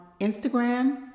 Instagram